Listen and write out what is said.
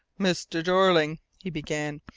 mr. jeorling, he began,